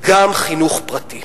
גם חינוך פרטי